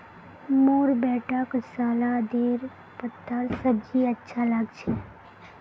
मोर बेटाक सलादेर पत्तार सब्जी अच्छा लाग छ